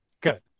Good